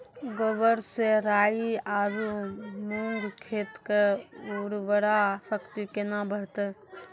गोबर से राई आरु मूंग खेत के उर्वरा शक्ति केना बढते?